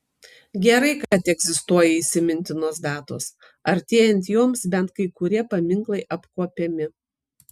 gerai kad egzistuoja įsimintinos datos artėjant joms bent kai kurie paminklai apkuopiami